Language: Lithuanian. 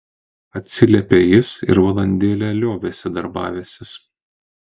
atsiliepė jis ir valandėlę liovėsi darbavęsis